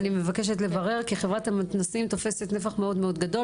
אני מבקשת לברר כי חברת המתנ"סים תופסת חלק גדול,